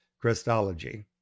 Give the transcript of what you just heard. Christology